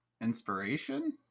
inspiration